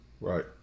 Right